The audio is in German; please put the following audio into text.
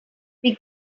wir